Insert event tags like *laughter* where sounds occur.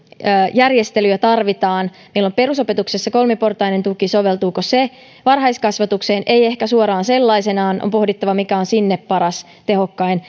järjestelyjä tarvitaan meillä on perusopetuksessa kolmiportainen tuki soveltuuko se varhaiskasvatukseen ei ehkä suoraan sellaisenaan on pohdittava mikä on sinne paras tehokkain *unintelligible*